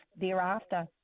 thereafter